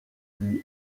lui